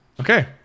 Okay